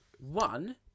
one